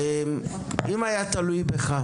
אדוני, אם זה היה תלוי בך,